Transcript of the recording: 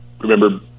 remember